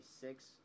six